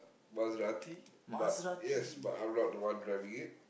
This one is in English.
Maserati but yes but I'm not the one driving it